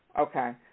Okay